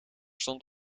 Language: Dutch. stond